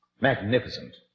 Magnificent